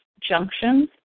junctions